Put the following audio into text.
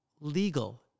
Legal